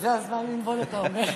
זה הזמן ללמוד, אתה אומר,